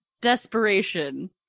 desperation